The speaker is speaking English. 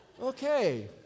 Okay